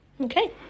Okay